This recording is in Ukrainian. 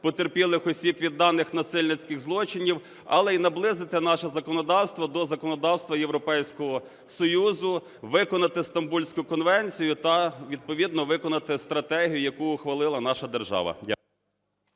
потерпілих осіб від даних насильницьких злочинів, але й наблизити наше законодавство до законодавства Європейського Союзу, виконати Стамбульську конвенцію та відповідно виконати стратегію, яку ухвалила наша держава.